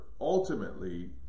ultimately